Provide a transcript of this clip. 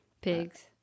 Pigs